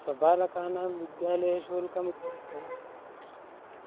स्वबालकानां विद्यालयशुल्कम् इत्युक्ते